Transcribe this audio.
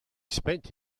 spent